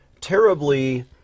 terribly